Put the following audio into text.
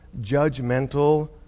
judgmental